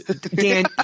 Dan